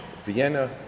Vienna